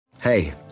Hey